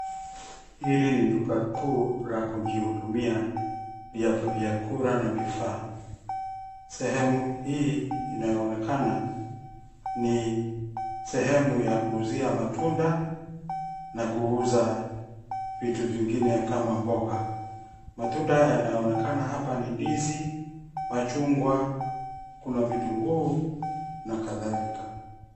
Hili ni duka kuu la kujihudumia la vyakula na vifaa. Sehemu hii inayoonekana ni sehemu ya kuuzia matunda na kuuza vitu vingine kama mboga. Matunda yanaonekana hapa ni ndizi, machungwa, kuna vitunguu na kadhalika.